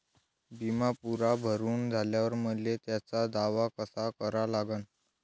बिमा पुरा भरून झाल्यावर मले त्याचा दावा कसा करा लागन?